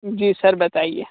जी sir बताइए